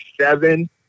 seven